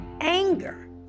anger